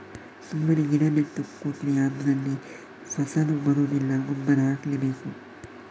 ಸುಮ್ಮನೆ ಗಿಡ ನೆಟ್ಟು ಕೂತ್ರೆ ಅದ್ರಲ್ಲಿ ಫಸಲು ಬರುದಿಲ್ಲ ಗೊಬ್ಬರ ಹಾಕ್ಲೇ ಬೇಕು